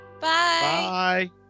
Bye